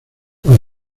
los